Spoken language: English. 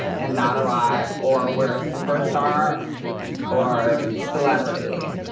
and not alive, or we're a superstar or celebrity.